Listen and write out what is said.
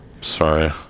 sorry